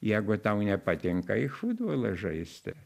jeigu tau nepatinka eik futbolą žaisti